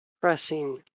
pressing